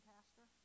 Pastor